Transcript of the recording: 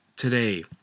Today